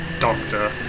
Doctor